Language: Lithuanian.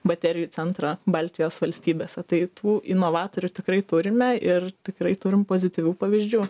baterijų centrą baltijos valstybėse tai tų novatorių tikrai turime ir tikrai turim pozityvių pavyzdžių